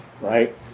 right